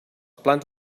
plans